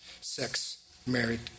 sex-married